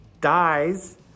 dies